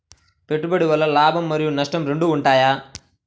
పెట్టుబడి వల్ల లాభం మరియు నష్టం రెండు ఉంటాయా?